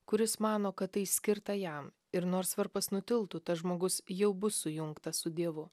kuris mano kad tai skirta jam ir nors varpas nutiltų tas žmogus jau bus sujungtas su dievu